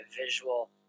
visual